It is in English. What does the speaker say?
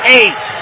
eight